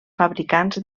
fabricants